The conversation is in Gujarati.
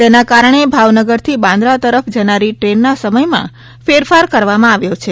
તેના કારણે ભાવનગરથી બાન્રા પરત જનારી ટ્રેનના સમયમાં ફેરફાર કરવામાં આવ્યો છે